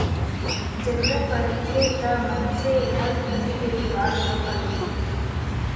जरूरत परथे त मनसे हर पूंजी के जुगाड़ घलौ कर लेथे